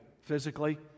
Physically